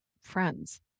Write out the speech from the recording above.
Friends